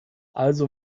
also